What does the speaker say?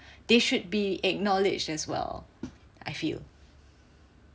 they should be acknowledged as well I feel